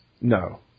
No